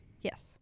yes